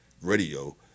radio